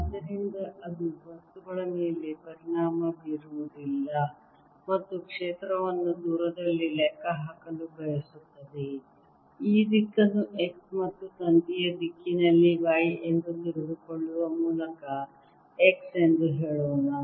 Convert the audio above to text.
ಆದ್ದರಿಂದ ಅದು ವಸ್ತುಗಳ ಮೇಲೆ ಪರಿಣಾಮ ಬೀರುವುದಿಲ್ಲ ಮತ್ತು ಕ್ಷೇತ್ರವನ್ನು ದೂರದಲ್ಲಿ ಲೆಕ್ಕಹಾಕಲು ಬಯಸುತ್ತದೆ ಈ ದಿಕ್ಕನ್ನು x ಮತ್ತು ತಂತಿಯ ದಿಕ್ಕಿನಲ್ಲಿ y ಎಂದು ತೆಗೆದುಕೊಳ್ಳುವ ಮೂಲಕ x ಎಂದು ಹೇಳೋಣ